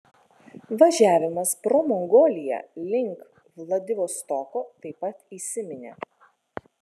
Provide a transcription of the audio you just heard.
važiavimas pro mongoliją link vladivostoko taip pat įsiminė